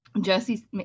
jesse